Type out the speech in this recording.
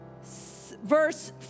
verse